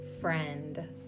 friend